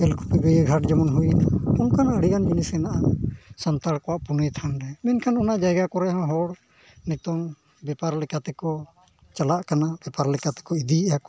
ᱛᱮᱞ ᱠᱩᱯᱤ ᱜᱟᱹᱭᱟᱹ ᱜᱷᱟᱴ ᱡᱮᱢᱚᱱ ᱦᱩᱭᱱᱟ ᱚᱱᱠᱟᱱ ᱟᱹᱰᱤ ᱜᱟᱱ ᱡᱤᱱᱤᱥ ᱦᱮᱱᱟᱜᱼᱟ ᱥᱟᱱᱛᱟᱲ ᱠᱚᱣᱟᱜ ᱯᱩᱱᱟᱹᱭ ᱛᱷᱟᱱ ᱠᱚᱨᱮ ᱢᱮᱱᱠᱷᱟᱱ ᱚᱱᱟ ᱡᱟᱭᱜᱟ ᱠᱚᱨᱮ ᱦᱚᱲ ᱱᱤᱛᱚᱜ ᱵᱮᱯᱟᱨ ᱞᱮᱠᱟ ᱛᱮᱠᱚ ᱪᱟᱞᱟᱜ ᱠᱟᱱᱟ ᱵᱮᱯᱟᱨ ᱞᱮᱠᱟ ᱛᱮᱠᱚ ᱤᱫᱤᱭᱟᱜᱼᱟ ᱠᱚ